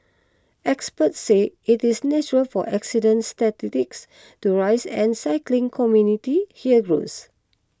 experts say it is natural for accident statistics to rise as cycling community here grows